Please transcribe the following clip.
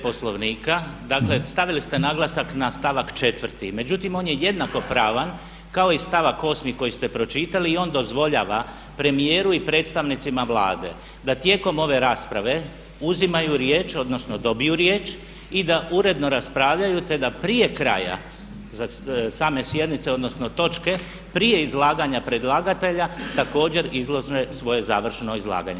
Poslovnika, dakle stavili ste naglasak na stavak 4. Međutim, on je jednakopravan kao i stavak 8. koji ste pročitali i on dozvoljava premijeru i predstavnicima Vlade da tijekom ove rasprave uzimaju riječ, odnosno dobiju riječ i da uredno raspravljaju te da prije kraja same sjednice, odnosno točke, prije izlaganja predlagatelja također izlaže svoje završno izlaganje.